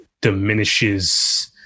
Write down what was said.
diminishes